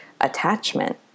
attachment